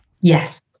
Yes